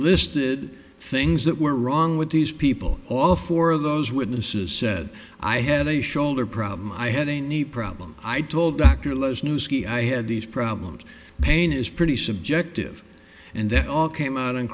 listed things that were wrong with these people all four of those witnesses said i had a shoulder problem i had a knee problem i told dr lo's new ski i had these problems pain is pretty subjective and they all came out